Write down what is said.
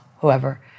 whoever